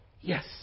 yes